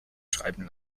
schreiben